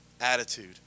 attitude